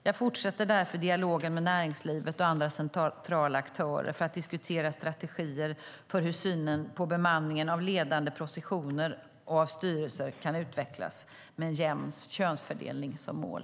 Jag fortsätter därför dialogen med näringslivet och andra centrala aktörer för att diskutera strategier för hur synen på bemanningen av ledande positioner och av styrelser kan utvecklas med en jämn könsfördelning som mål.